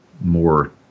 more